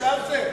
בשלב זה.